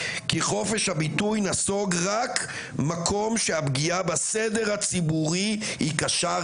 כי חופש הביטוי נסוג רק מקום שהפגיעה בסדר הציבורי היא קשה,